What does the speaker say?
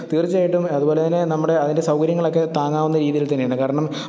തീർച്ചയായിട്ടും അതുപോലെതന്നെ നമ്മുടെ അതിന്റെ സൗകര്യങ്ങളൊക്കെ താങ്ങാവുന്ന രീതിയിൽ തന്നെയാണ് കാരണം